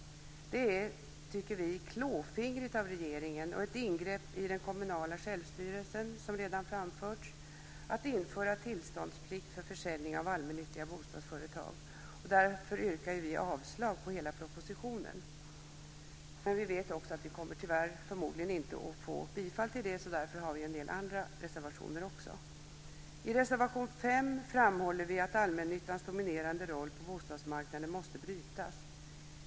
Vi tycker att det är klåfingrigt av regeringen och ett ingrepp i den kommunala självstyrelsen - som redan har framförts - att införa tillståndsplikt för försäljning av allmännyttiga bostadsföretag. Därför yrkar vi avslag på hela propositionen. Vi vet också att det förmodligen, tyvärr, inte kommer att bli något bifall, och därför har vi en del andra reservationer också. I reservation 5 framhåller vi att allmännyttans dominerande roll på bostadsmarknaden måste brytas.